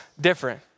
different